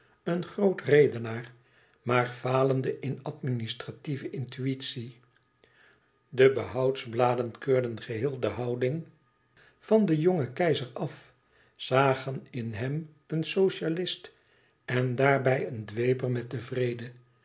een groot redenaar maar falende in administratieve intuïtie de behoudsbladen keurden geheel de houding van den jongen keizer af zagen in hem een socialist en daarbij een dweper met den vrede